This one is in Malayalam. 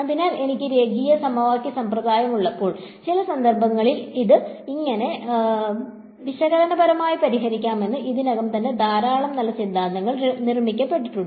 അതിനാൽ എനിക്ക് രേഖീയ സമവാക്യ സമ്പ്രദായം ഉള്ളപ്പോൾ ചില സന്ദർഭങ്ങളിൽ ഇത് എങ്ങനെ വിശകലനപരമായി പരിഹരിക്കാമെന്ന് ഇതിനകം തന്നെ ധാരാളം നല്ല സിദ്ധാന്തങ്ങൾ നിർമ്മിക്കപ്പെട്ടിട്ടുണ്ട്